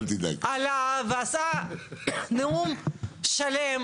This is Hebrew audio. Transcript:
עלה ועשה נאום שלם,